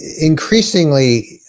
increasingly